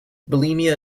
bulimia